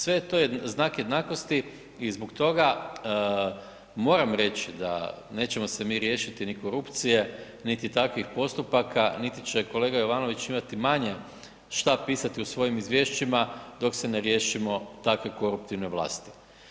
Sve je to znak jednakosti i zbog toga moram reći da, nećemo se mi riješiti ni korupcije niti takvih postupaka niti će kolega Jovanović imati manje što pisati u svojim izvješćima dok se ne riješimo takve koruptivne vlasti.